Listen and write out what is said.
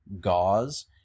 gauze